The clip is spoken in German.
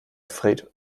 fred